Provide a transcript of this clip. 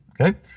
Okay